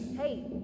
Hey